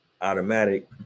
automatic